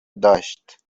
داشت